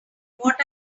what